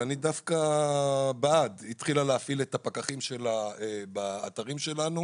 ואני דווקא בעד את הפקחים שלה באתרים שלנו